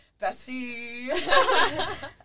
bestie